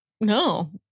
no